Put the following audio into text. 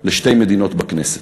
לפתרון שתי המדינות בכנסת,